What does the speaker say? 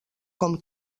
com